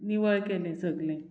निवळ केलें सगलें